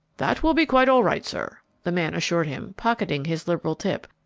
that will be quite all right, sir, the man assured him pocketing his liberal tip.